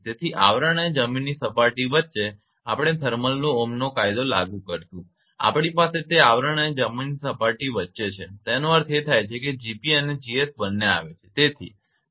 તેથી આવરણ અને જમીનની સપાટી વચ્ચે આપણે થર્મલ ઓહ્મ કાયદો લાગુ કરશું અને આપણી પાસે તે આવરણ અને જમીનની સપાટીની વચ્ચે છે તેઓ અર્થ એ થાય છે 𝐺𝑝 અને 𝐺𝑠 બંને આવે છે